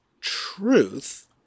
truth